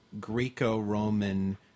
greco-roman